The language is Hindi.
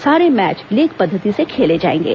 सारे मैच लीग पद्दति से खेले जाएंगे